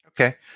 Okay